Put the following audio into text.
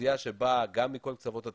אוכלוסייה שבאה גם מכל קצוות התבל,